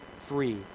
free